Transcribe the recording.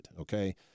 Okay